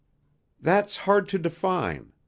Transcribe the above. that's hard to define.